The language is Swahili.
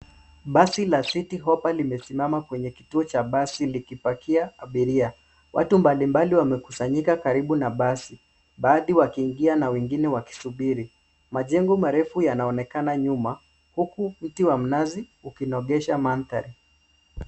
Basi la Citi Hoppa limesimama kwenye kituo cha basi likipakia abiria . Watu mbalimbali wamekusanyika karibu na basi, baadhi wakiingia na wengine wakisubiri. Majengo marefu yanaonekana nyuma, huku mti wa mnazi ukinogesha mandhari.